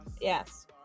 Yes